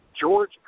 George